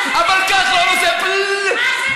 אבל כחלון עושה פרררררררררררררררר.